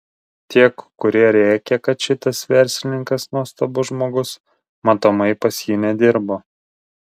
tiek kurie rėkia kad šitas verslininkas nuostabus žmogus matomai pas jį nedirbo